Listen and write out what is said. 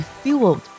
fueled